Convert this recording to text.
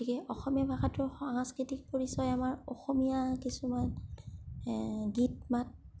গতিকে অসমীয়া ভাষাটোৰ সাংস্কৃতিক পৰিচয় আমাৰ অসমীয়া কিছুমান গীত মাত